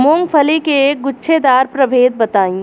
मूँगफली के गूछेदार प्रभेद बताई?